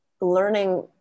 learning